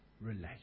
relate